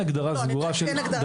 אני יודעת שאין הגדרה,